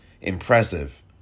impressive